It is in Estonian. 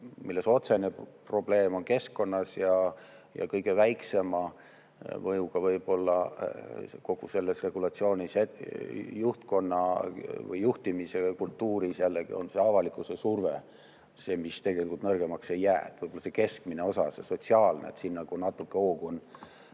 milles otsene probleem on keskkonnas ja kõige väiksema võib-olla kogu selles regulatsioonis juhtkonna või juhtimiskultuuris jällegi on see avalikkuse surve, mis tegelikult nõrgemaks ei jää. See keskmine osa, see sotsiaalne. Siin natuke hoogu